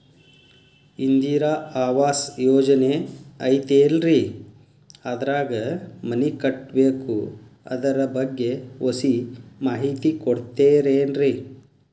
ಇಂದಿರಾ ಆವಾಸ ಯೋಜನೆ ಐತೇಲ್ರಿ ಅದ್ರಾಗ ಮನಿ ಕಟ್ಬೇಕು ಅದರ ಬಗ್ಗೆ ಒಸಿ ಮಾಹಿತಿ ಕೊಡ್ತೇರೆನ್ರಿ?